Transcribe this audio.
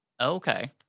Okay